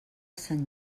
sant